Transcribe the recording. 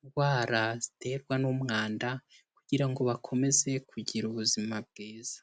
indwara ziterwa n'umwanda kugira ngo bakomeze kugira ubuzima bwiza.